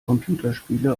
computerspiele